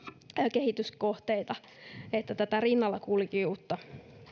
kehityskohteita että tätä rinnallakulkijuutta